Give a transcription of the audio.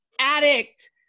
addict